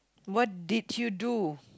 what did you do